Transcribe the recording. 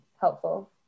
helpful